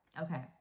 okay